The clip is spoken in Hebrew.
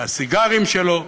מהסיגרים שלו.